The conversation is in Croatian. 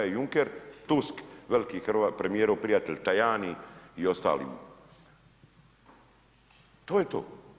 Juncker, Tusk, veliki premijerov prijatelj Tajani i ostali, to je to.